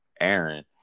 Aaron